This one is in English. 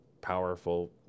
powerful